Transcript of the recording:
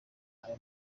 ayo